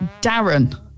Darren